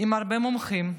עם הרבה מומחים,